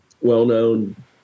well-known